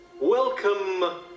Welcome